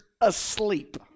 asleep